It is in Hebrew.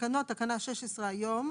תקנה 16 היום,